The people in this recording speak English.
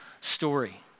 story